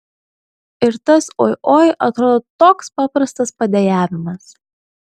ir tas oi oi atrodo toks paprastas padejavimas